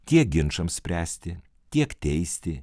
tiek ginčams spręsti tiek teisti